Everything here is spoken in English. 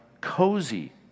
cozy